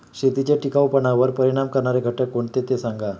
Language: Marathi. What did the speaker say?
शेतीच्या टिकाऊपणावर परिणाम करणारे घटक कोणते ते सांगा